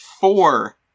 four